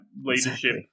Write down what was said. leadership